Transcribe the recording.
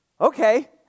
okay